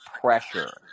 pressure